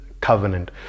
covenant